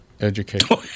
Education